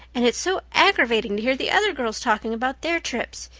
and it's so aggravating to hear the other girls talking about their trips.